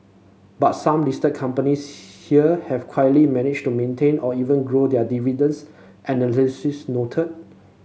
but some listed companies here have quietly managed to maintain or even grow their dividends analysts note